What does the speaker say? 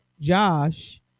Josh